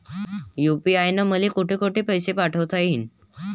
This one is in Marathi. यू.पी.आय न मले कोठ कोठ पैसे पाठवता येईन?